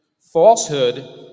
Falsehood